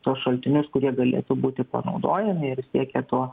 tuos šaltinius kurie galėtų būti panaudojami ir siekė to